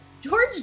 George